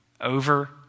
over